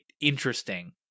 interesting